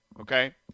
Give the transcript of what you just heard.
okay